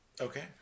Okay